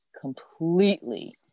completely